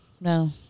No